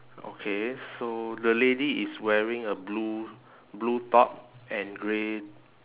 okay so the lady is wearing a blue blue top and grey